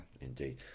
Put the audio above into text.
Indeed